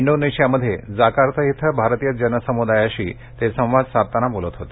इंडोनेशियामध्ये जाकार्ता इथं भारतीय जनसमुदायाशी ते संवाद साधत होते